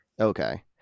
okay